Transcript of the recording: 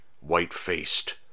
white-faced